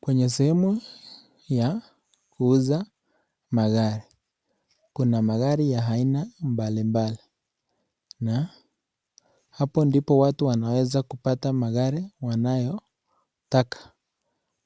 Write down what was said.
Kwenye sehemu ya kuuza magari. Kuna magari ya aina mbalimbali na hapo ndipo watu wanaweza pata magari yanaotaka.